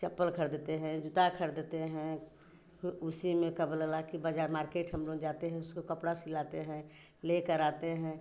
चप्पल खरीदते हैं जूता खरीदते हैं उसी में का बोला ला कि बजार मार्केट हम लोग जाते हैं उसको कपड़ा सिलाते हैं लेकर आते हैं